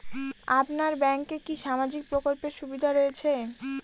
আপনার ব্যাংকে কি সামাজিক প্রকল্পের সুবিধা রয়েছে?